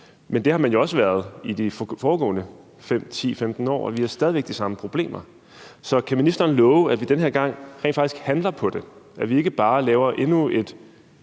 men det har man jo også været i de foregående 5, 10, 15 år, og vi har stadig væk de samme problemer. Så kan ministeren love, at vi den her gang rent faktisk handler på det, altså at vi ikke bare laver endnu en